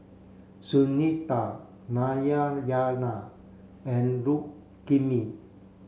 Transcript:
Sunita Narayana and Rukmini